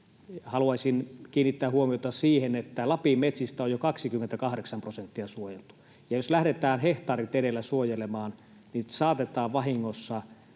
Haluaisin kiinnittää huomiota siihen, että Lapin metsistä on jo 28 prosenttia suojeltu, ja jos lähdetään hehtaarit edellä suojelemaan, niin saatetaan vahingossa